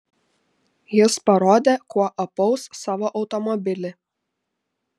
jis parodė kuo apaus savo automobilį